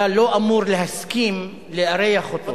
אתה לא אמור להסכים לארח אותו.